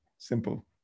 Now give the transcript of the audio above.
simple